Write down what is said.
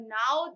now